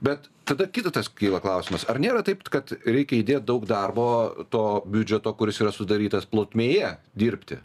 bet tada kitatas kyla klausimas ar nėra taipt kad reikia įdėt daug darbo to biudžeto kuris yra sudarytas plotmėje dirbti